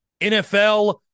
NFL